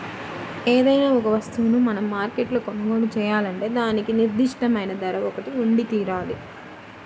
ఏదైనా ఒక వస్తువును మనం మార్కెట్లో కొనుగోలు చేయాలంటే దానికి నిర్దిష్టమైన ధర ఒకటి ఉండితీరాలి